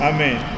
Amen